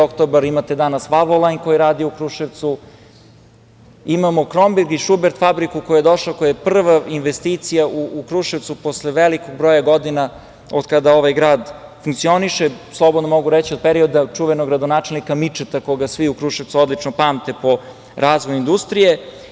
Oktobar“, imate danas „Valvolajn“ koji radi u Kruševcu, imamo „Kromberg“ i „Šubert“ fabriku koja je došla, koja je prva investicija u Kruševcu posle velikog broja godina od kada ovaj grad funkcioniše, a slobodno mogu reći od perioda čuvenog gradonačelnika Mičeta koga svi u Kruševcu odlično pamte po razvoju industrije.